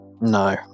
no